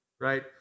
right